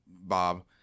Bob